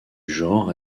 genre